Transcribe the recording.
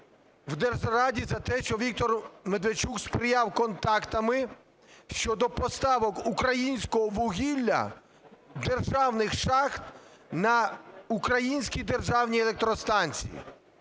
в держзраді за те, що Віктор Медведчук сприяв контактами щодо поставок українського вугілля з державних шахт на українські державні електростанції.